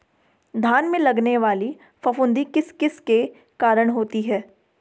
धान में लगने वाली फफूंदी किस किस के कारण होती है?